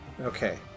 Okay